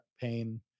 pain